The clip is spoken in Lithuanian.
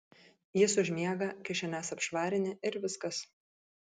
jis užmiega kišenes apšvarini ir viskas